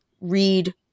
read